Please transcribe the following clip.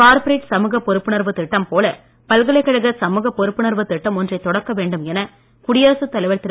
corporate சமூக பொறுப்புணர்வு திட்டம் போல பல்கலைக்கழக சமூக பொறுப்புணர்வு திட்டம் ஒன்றை தொடக்க வேண்டும் என குடியரசுத் தலைவர் திரு